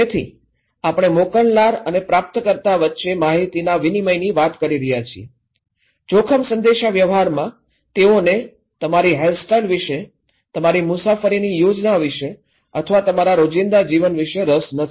તેથી આપણે મોકલનાર અને પ્રાપ્તકર્તા વચ્ચે માહિતીના વિનિમયની વાત કરી રહ્યાં છીએ જોખમ સંદેશાવ્યવહારમાં તેઓને તમારી હેરસ્ટાઇલ વિશે તમારી મુસાફરીની યોજના વિશે અથવા તમારા રોજિંદા જીવન વિશે રસ નથી